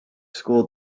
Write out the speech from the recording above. school